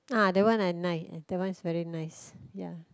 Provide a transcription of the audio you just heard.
ah that one I ni~ that one is very nice ya